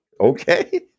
Okay